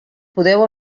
podeu